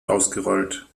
ausgerollt